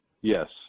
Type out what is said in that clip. Yes